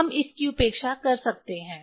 हम इसकी उपेक्षा कर सकते हैं